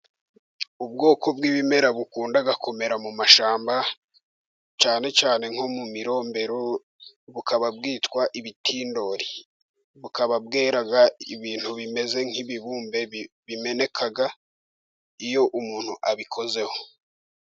Ubwoko bw'ibimera bukunda gukomera mu mashyamba, cyane cyane nko mu mirombero, bukaba bwitwa ibitindori, bukaba bwera ibintu bimeze nk'ibibumbe, bimeneka iyo umuntu abikozeho.